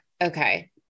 Okay